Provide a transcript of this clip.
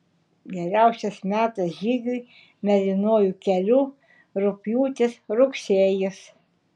geriausias metas žygiui mėlynuoju keliu rugpjūtis rugsėjis